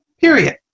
period